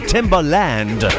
Timberland